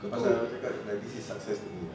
kau tahu aku cakap this is success to me ah